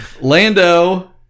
Lando